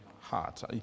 heart